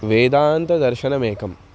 वेदान्तदर्शनमेकम्